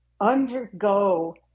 undergo